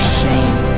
shame